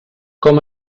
com